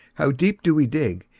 how deep do we dig,